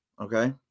Okay